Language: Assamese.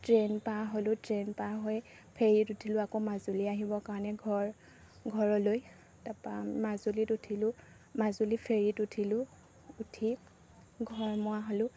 ট্ৰেইন পাৰ হ'লোঁ ট্ৰেইন পাৰ হৈ ফেৰীত উঠিলোঁ আকৌ মাজুলী আহিবৰ কাৰণে ঘৰ ঘৰলৈ তাপা মাজুলীত উঠিলোঁ মাজুলী ফেৰীত উঠিলোঁ উঠি ঘৰ মোৱা হ'লোঁ